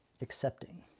accepting